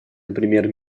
например